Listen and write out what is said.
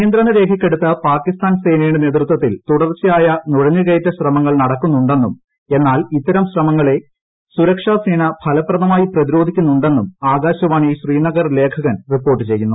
നിയന്ത്രണ രേഖയ്ക്കടുത്ത് പാകിസ്ഥാൻ സേനയുടെ നേതൃത്വത്തിൽ തുടർച്ചയായ നുഴഞ്ഞുകയറ്റ ശ്രമങ്ങൾ നടക്കുന്നുണ്ടെന്നും എന്നാൽ ഇത്തരം ശ്രമങ്ങളെ സുരക്ഷാ സേന ഫലപ്രദമായി പ്രതിരോധിക്കുന്നുണ്ടെന്നും ആകാൾവാണി ശ്രീനഗർ ലേഖകൻ റിപ്പോർട്ട് ചെയ്യുന്നു